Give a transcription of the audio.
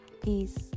Peace